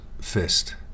fist